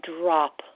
drop